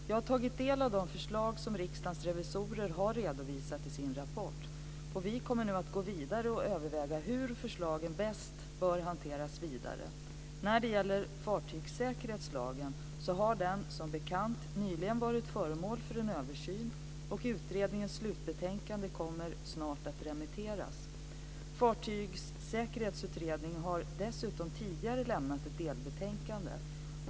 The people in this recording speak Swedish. Jag har tagit del av de förslag som Riksdagens revisorer har redovisat i sin rapport. Vi kommer nu att gå vidare och överväga hur förslagen bäst bör hanteras vidare. När det gäller fartygssäkerhetslagen så har den, som bekant, nyligen varit föremål för en översyn, och utredningens slutbetänkande kommer snart att remitteras. Fartygssäkerhetsutredningen har dessutom tidigare lämnat ett delbetänkande.